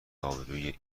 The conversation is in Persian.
آبروئیه